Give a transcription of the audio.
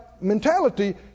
mentality